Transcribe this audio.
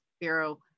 Bureau